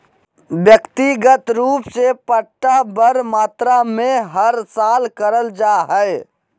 व्यक्तिगत रूप से पट्टा बड़ मात्रा मे हर साल करल जा हय